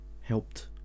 helped